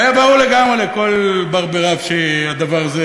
והיה ברור לגמרי לכל בר בי רב שהדבר הזה